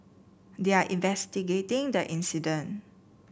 they are investigating the incident